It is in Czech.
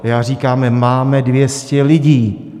Já říkám, máme 200 lidí.